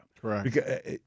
Correct